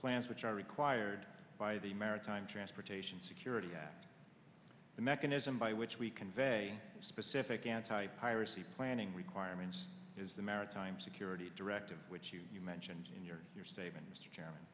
plans which are required by the maritime transportation security at the mechanism by which we convey specific anti piracy planning requirements is the maritime security directive which you mentioned in your your s